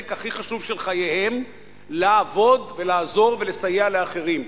הכי חשוב של חייהם לעבוד ולעזור ולסייע לאחרים.